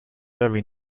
very